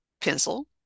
pencil